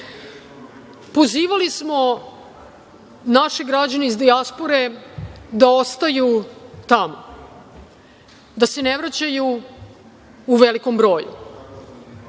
borili. Pozivali smo naše građane iz dijaspore da ostaju tamo, da se ne vraćaju u velikom broju,